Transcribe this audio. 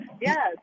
yes